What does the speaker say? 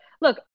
look